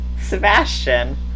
Sebastian